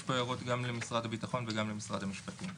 יש פה הערות גם למשרד הביטחון וגם למשרד המשפטים.